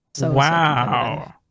Wow